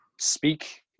speak